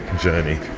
journey